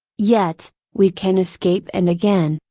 yet, we can escape and again,